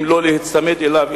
אם לא להיצמד אליו,